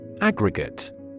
Aggregate